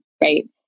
right